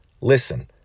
Listen